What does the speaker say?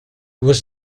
was